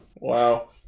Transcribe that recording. Wow